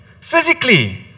physically